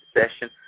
session